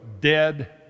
dead